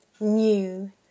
new